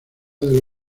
del